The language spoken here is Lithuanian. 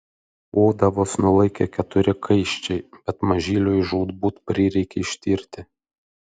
odą vos nulaikė keturi kaiščiai bet mažyliui žūtbūt prireikė ištirti